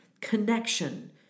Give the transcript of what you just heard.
Connection